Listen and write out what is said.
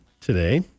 today